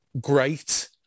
great